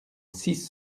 six